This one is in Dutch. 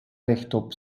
rechtop